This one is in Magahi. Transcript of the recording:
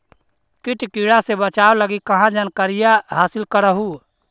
किट किड़ा से बचाब लगी कहा जानकारीया हासिल कर हू?